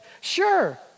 Sure